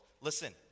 Listen